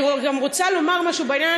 אני גם רוצה לומר משהו בעניין,